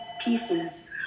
pieces